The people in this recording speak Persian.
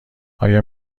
آیا